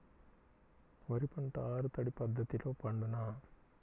వరి పంట ఆరు తడి పద్ధతిలో పండునా?